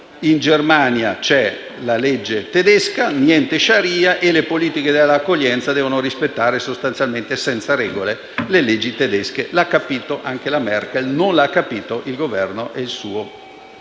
In Germania c'è la legge tedesca e non la Sharia e le politiche dell'accoglienza devono rispettare senza regole, le leggi tedesche. L'ha capito anche la Merkel. Non l'hanno capito il Governo e il suo